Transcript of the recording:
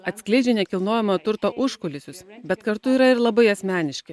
atskleidžia nekilnojamo turto užkulisius bet kartu yra ir labai asmeniški